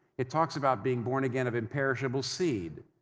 it talks about being born again of imperishable seed.